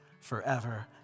forever